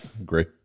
agree